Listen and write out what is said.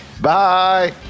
Bye